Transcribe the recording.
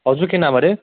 हजुर के नाम हरे